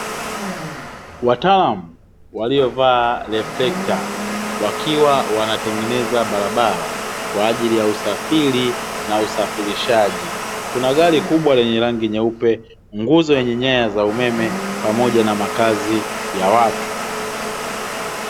Wataalamu waliovaa reflekta wakiwa wanatengeneza barabara kwa ajili ya usafiri na usafirishaji. Kuna gari kubwa lenye rangi nyeupe, nguzo yenye nyaya za umeme, pamoja na makazi ya watu.